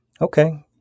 Okay